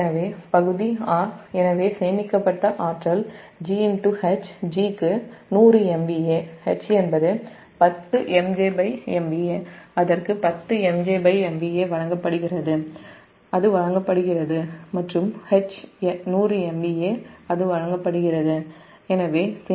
எனவே பகுதி அ சேமிக்கப்பட்ட ஆற்றல் G H G க்கு 100 MVA H என்பது 10 MJ MVA வழங்கப்படுகிறது மற்றும் H 100 MVA வழங்கப்படுகிறது எனவே சேமிக்கப்பட்ட ஆற்றல் 100 10